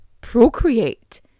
procreate